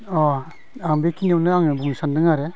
अ आं बेखिनियावनो ओङो बुंनो सानदों आरो